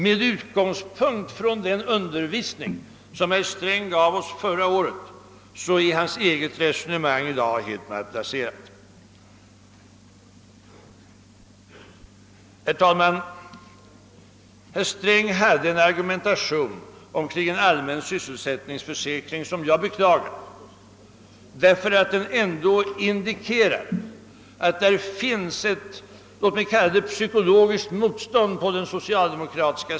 Med utgångspunkt från den undervisning som herr Sträng gav oss förra året är således hans eget resonemang i dag helt malplacerat. Herr talman! Herr Sträng förde en argumentation omkring en allmän sysselsättningsförsäkring som jag beklagar, därför att den indikerar att det finns ett, låt mig kalla det psykologiskt motstånd mot en sådan hos socialdemokraterna.